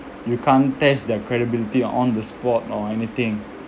you can't test their credibility on the spot or anything